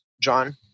John